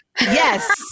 Yes